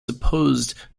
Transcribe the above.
supposed